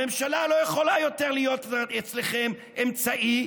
הממשלה לא יכולה יותר להיות אצלכם אמצעי,